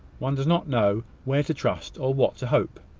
one does not know where to trust, or what to hope.